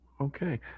Okay